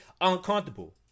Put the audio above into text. uncomfortable